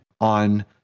on